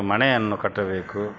ಮನೆಯನ್ನು ಕಟ್ಟಬೇಕು